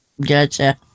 Gotcha